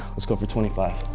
let's go for twenty five.